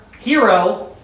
hero